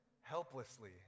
helplessly